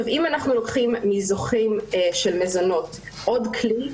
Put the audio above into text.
אם אנחנו לוקחים מזוכים של מזונות עוד כלי,